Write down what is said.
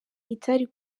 itari